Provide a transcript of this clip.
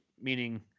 meaning